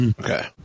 Okay